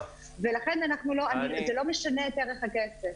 לכן זה לא משנה את ערך הכסף.